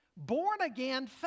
born-again